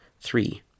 Three